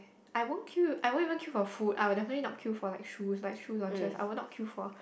I won't queue I won't even queue for food I will definitely not queue for like shoes like shoes are just I will not queue for